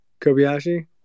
Kobayashi